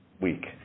week